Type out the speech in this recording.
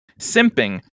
simping